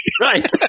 right